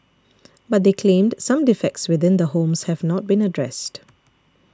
but they claimed some defects within the homes have not been addressed